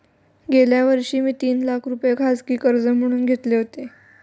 गेल्या वर्षी मी तीन लाख रुपये खाजगी कर्ज म्हणून घेतले होते